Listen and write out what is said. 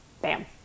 bam